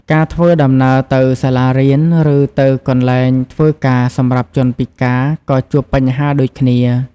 ការធ្វើដំណើរទៅសាលារៀន ឬទៅកន្លែងធ្វើការសម្រាប់ជនពិការក៏ជួបបញ្ហាដូចគ្នា។